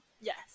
yes